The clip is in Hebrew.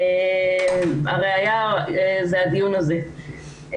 והראייה היא הדיון הזה.